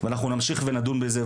ואנחנו נמשיך לדון בזה.